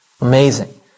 Amazing